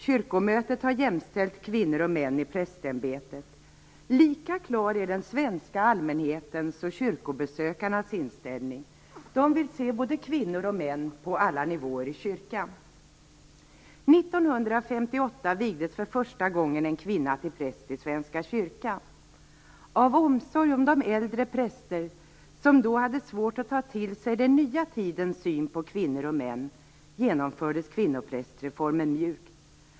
Kyrkomötet har jämställt kvinnor och män i prästämbetet. Lika klar är den svenska allmänhetens och kyrkobesökarnas inställning. De vill se både kvinnor och män på alla nivåer i kyrkan. Svenska kyrkan. Av omsorg för de äldre präster som då hade svårt att ta till sig den nya tidens syn på kvinnor och män, genomfördes kvinnoprästreformen mjukt.